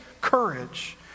courage